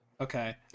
Okay